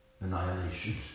annihilation